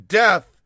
death